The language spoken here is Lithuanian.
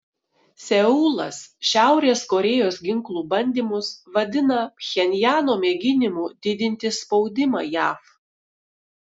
seulas šiaurės korėjos ginklų bandymus vadina pchenjano mėginimu didinti spaudimą jav